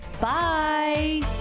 Bye